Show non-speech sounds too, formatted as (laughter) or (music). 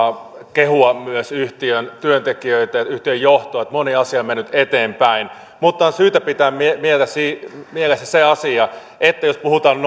kehua myös yhtiön työntekijöitä ja johtoa että moni asia on mennyt eteenpäin mutta on syytä pitää mielessä se asia että jos puhutaan (unintelligible)